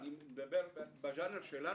בז'אנר שלנו,